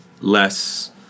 less